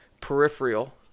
peripheral